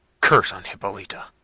curse on hippolita!